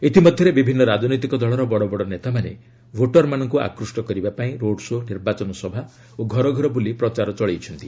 ଇତିମଧ୍ୟରେ ବିଭିନ୍ନ ରାଜନୈତିକ ଦଳର ବଡ଼ବଡ଼ ନେତାମାନେ ଭୋଟରମାନଙ୍କୁ ଆକୃଷ୍ଟ କରିବା ପାଇଁ ରୋଡ୍ଶୋ ନିର୍ବାଚନ ସଭା ଓ ଘର ଘର ବୁଲି ପ୍ରଚାର ଚଳାଇଛନ୍ତି